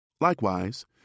Likewise